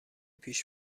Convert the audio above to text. پیش